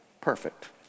perfect